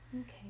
okay